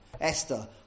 Esther